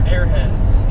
Airheads